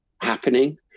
happening